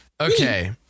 okay